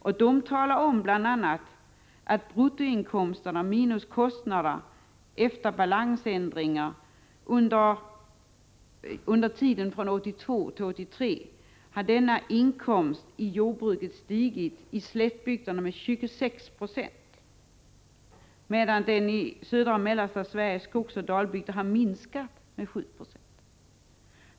Dessa talar om bl.a. att bruttoinkomsterna minus kostnaderna efter balansändringar under tiden 1982-1983 hade stigit i slättbygderna med 26 96, medan de i södra och mellersta Sveriges skogsoch dalbygder hade minskat med 7 20.